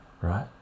right